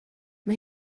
mae